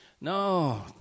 No